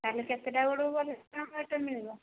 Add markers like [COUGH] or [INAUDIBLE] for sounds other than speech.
ତା'ହେଲେ କେତେଟା ବେଳକୁ ଗଲେ [UNINTELLIGIBLE] ମିଳିବ